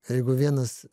ir jeigu vienas